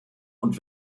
und